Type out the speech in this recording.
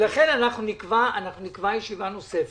לכן אנחנו נקבע ישיבה נוספת.